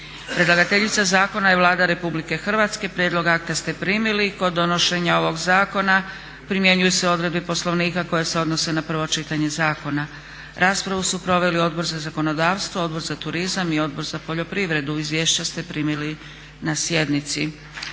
Predlagateljica zakona je Vlada RH. Prijedlog akta ste primili. Kod donošenja ovog zakona primjenjuju se odredbe Poslovnika koje se odnose na prvo čitanje zakona. raspravu su proveli Odbor za zakonodavstvo, Odbor za turizam i Odbor za poljoprivredu. Izvješća ste primili na sjednici.